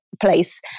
place